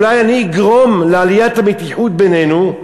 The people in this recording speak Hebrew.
אולי אני אגרום לעליית המתיחות בינינו,